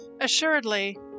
Assuredly